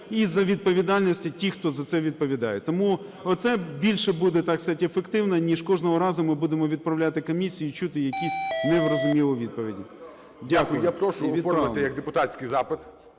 і за відповідальністю тих, хто за це відповідає. Тому оце більше буде, так сказать, ефективно, ніж кожного разу ми будемо відправляти комісію і чути якісь незрозумілі відповіді. Дякую. ГОЛОВУЮЧИЙ. Дякую. Я прошу оформити як депутатський запит